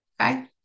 Okay